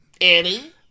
eddie